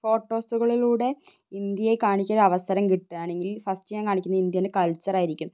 ഫോട്ടോസുകളിലൂടെ ഇന്ത്യയെ കാണിക്കാൻ അവസരം കിട്ടുകയാണെങ്കിൽ ഫസ്റ്റ് ഞാൻ കാണിക്കുന്ന ഇന്ത്യേൻ്റെ കൾച്ചർ ആയിരിക്കും